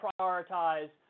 prioritize